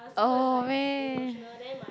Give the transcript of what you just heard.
oh man